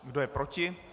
Kdo je proti?